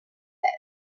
head